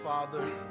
Father